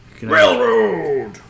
Railroad